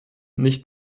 nicht